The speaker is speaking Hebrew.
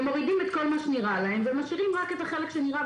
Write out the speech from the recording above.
ומורידים את כל מה שנראה להם ומשאירים רק את החלק שנראה.